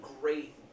great